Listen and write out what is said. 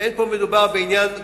ואין מדובר בעניין קואליציוני,